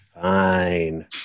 fine